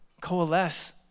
coalesce